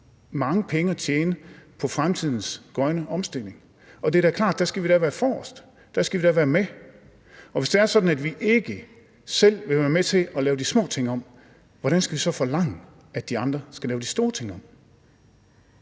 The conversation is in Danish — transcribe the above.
mange penge at tjene på fremtidens grønne omstilling. Det er da klart, at der skal vi være forrest, at der skal vi da være med, og hvis det er sådan, at vi ikke selv vil være med til at lave de små ting om, hvordan skal vi så forlange, at de andre skal lave de store ting om?